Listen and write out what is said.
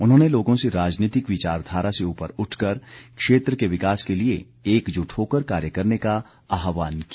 उन्होंने लोगों से राजनीतिक विचारधारा से उपर उठकर क्षेत्र के विकास के लिए एकजुट होकर कार्य करने का आहवान किया